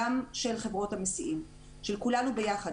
גם של חברות המסיעים, של כולנו ביחד.